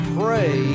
pray